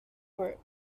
group